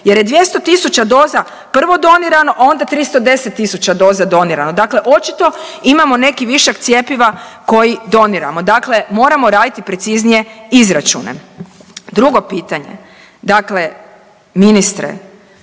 jer je 200.000 doza prvo donirano, a onda 310.000 doza donirano, dakle očito imamo neki višak cjepiva koji doniramo, dakle moramo raditi preciznije izračune. Drugo pitanje, dakle ministre